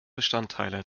bestandteile